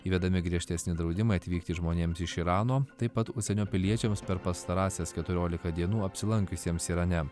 įvedami griežtesni draudimai atvykti žmonėms iš irano taip pat užsienio piliečiams per pastarąsias keturiolika dienų apsilankiusiems irane